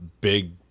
big